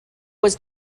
was